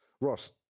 Ross